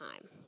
time